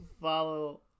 Follow